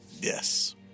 Yes